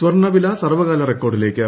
സ്വർണ വില സർവ്വകാല റെക്കോർഡിലേക്ക്